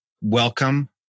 welcome